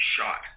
shot